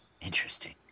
Interesting